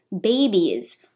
babies